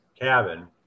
cabin